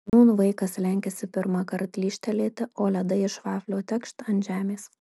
nūn vaikas lenkiasi pirmąkart lyžtelėti o ledai iš vaflio tekšt ant žemės